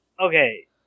okay